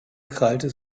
krallte